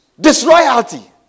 disloyalty